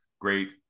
great